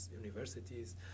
universities